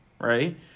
right